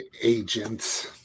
agents